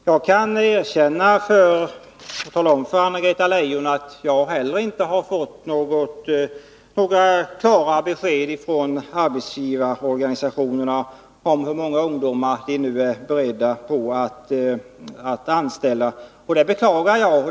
Jag kan tala om för Anna-Greta Leijon att inte heller jag har fått några klara besked från arbetsgivarorganisationerna om hur många ungdomar man nu är beredd att anställa — och det beklagar jag.